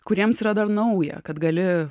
kuriems yra dar nauja kad gali